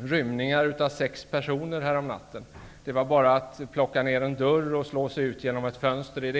rymde sex personer. Det var i det ena fallet bara att plocka ner en dörr och slå sig ut genom ett fönster.